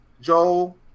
Joel